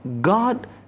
God